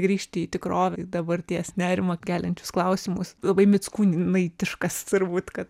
grįžti į tikrovę į dabarties nerimą keliančius klausimus labai mickūnaitiškas turbūt kad